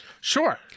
Sure